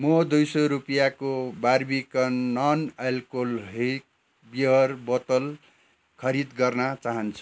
म दुई सौ रुपियाँको बार्बिकन नन अल्कोहोलिक बियर बोतल खरिद गर्न चाहन्छु